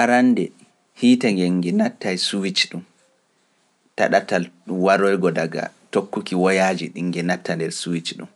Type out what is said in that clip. Arannde hiite nge nge natta e suuɗe ɗum, taɗatal waroygo daga tokkuki woyaaji ɗi nge natta nder suuɗe ɗum,